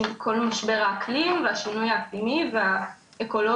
עם כל משבר האקלים והשינוי האקלימי והאקולוגי,